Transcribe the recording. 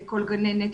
לכל גננת,